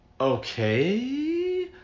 Okay